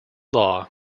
law